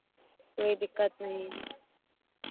कोई दिक्कत नहीं है